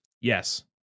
yes